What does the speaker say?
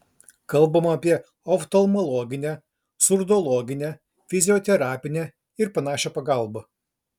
kalbama apie oftalmologinę surdologinę fizioterapinę ir panašią pagalbą